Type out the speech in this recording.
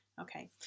okay